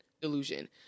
delusion